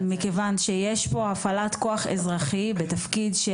מכיוון שיש פה הפעלת כוח אזרחי בתפקיד.